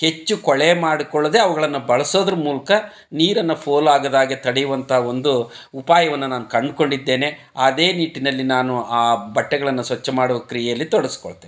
ಹೆಚ್ಚು ಕೊಳೆ ಮಾಡಿಕೊಳ್ದೆ ಅವುಗಳನ್ನ ಬಳಸೋದ್ರ ಮೂಲಕ ನೀರನ್ನು ಪೋಲು ಆಗದಾಗೆ ತಡೆಯುವಂಥ ಒಂದು ಉಪಾಯವನ್ನ ನಾನು ಕಂಡುಕೊಂಡಿದ್ದೇನೆ ಅದೇ ನಿಟ್ಟಿನಲ್ಲಿ ನಾನು ಆ ಬಟ್ಟೆಗಳನ್ನು ಸ್ವಚ್ಛ ಮಾಡೋ ಕ್ರಿಯೆಯಲ್ಲಿ ತೊಡ್ಸ್ಕೊಳ್ತೇನೆ